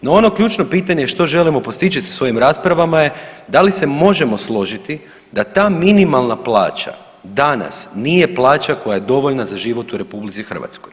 No, ono ključno pitanje što želimo postići sa svojim raspravama je da li se možemo složiti da ta minimalna plaća danas nije plaća koja je dovoljna za život u RH.